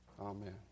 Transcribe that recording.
Amen